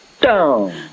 Down